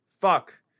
fuck